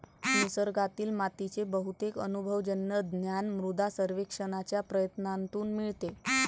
निसर्गातील मातीचे बहुतेक अनुभवजन्य ज्ञान मृदा सर्वेक्षणाच्या प्रयत्नांतून मिळते